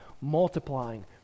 multiplying